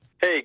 Hey